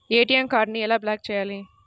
ATM కార్డుని ఎలా block చేయాలి?